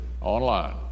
online